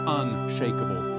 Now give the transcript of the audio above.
unshakable